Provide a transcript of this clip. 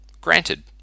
Granted